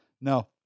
No